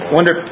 Wonder